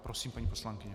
Prosím, paní poslankyně.